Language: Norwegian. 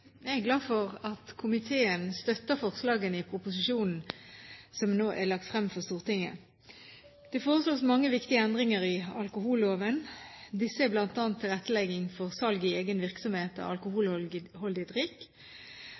Jeg er glad for at komiteen støtter forslagene i proposisjonen som nå er lagt frem for Stortinget. Det foreslås mange viktige endringer i alkoholloven. Disse er bl.a. tilrettelegging for salg i egen virksomhet av alkoholholdig drikk